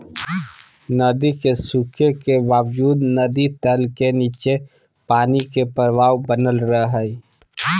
नदी के सूखे के बावजूद नदी तल के नीचे पानी के प्रवाह बनल रहइ हइ